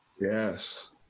Yes